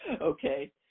Okay